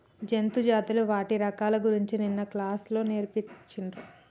జంతు జాతులు వాటి రకాల గురించి నిన్న క్లాస్ లో నేర్పిచిన్రు